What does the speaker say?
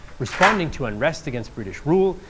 responding to unrest against british rule,